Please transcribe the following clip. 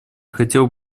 хотел